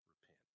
repent